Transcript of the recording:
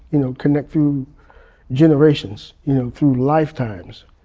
you know, connect through generations, you know, through lifetimes.